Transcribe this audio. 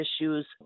issues